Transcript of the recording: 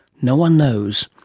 no one knows.